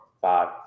five